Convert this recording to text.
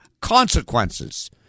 consequences